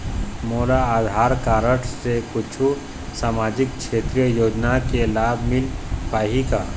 मोला आधार कारड से कुछू सामाजिक क्षेत्रीय योजना के लाभ मिल पाही का?